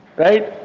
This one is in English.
right?